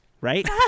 Right